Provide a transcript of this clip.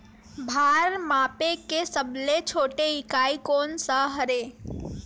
भार मापे के सबले छोटे इकाई कोन सा हरे?